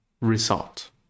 result